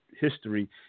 history